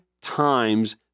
times